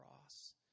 cross